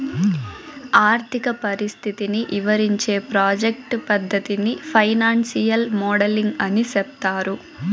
ఆర్థిక పరిస్థితిని ఇవరించే ప్రాజెక్ట్ పద్దతిని ఫైనాన్సియల్ మోడలింగ్ అని సెప్తారు